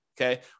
okay